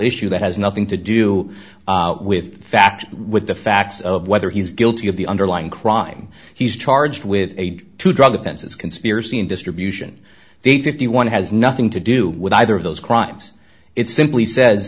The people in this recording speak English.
issue that has nothing to do with the fact with the facts of whether he's guilty of the underlying crime he's charged with a two drug offenses conspiracy and distribution they've fifty one has nothing to do with either of those crimes it simply sa